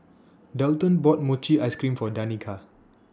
Dalton bought Mochi Ice Cream For Danika